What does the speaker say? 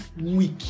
weak